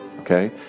okay